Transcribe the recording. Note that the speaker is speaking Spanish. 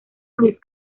luis